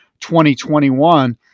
2021